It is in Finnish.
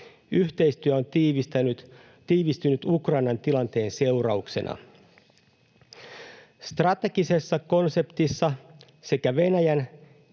Yhteistyö on tiivistynyt Ukrainan tilanteen seurauksena. Strategisessa konseptissa sekä Venäjä